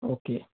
okay